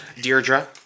Deirdre